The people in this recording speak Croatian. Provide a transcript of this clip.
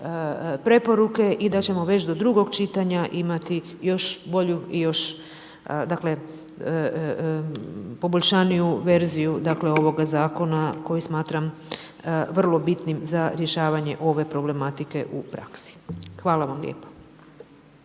preporuke i da ćemo već do drugog čitanja imati još bolju i još poboljšanju verziju ovoga zakona, koji smatram vrlo bitnim za rješavanjem ove problematike u praksi. Hvala vam lijepo.